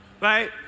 Right